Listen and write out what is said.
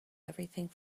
everything